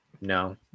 no